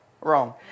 Wrong